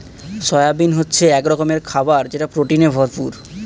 soybean হচ্ছে এক রকমের খাবার যেটা প্রোটিনে ভরপুর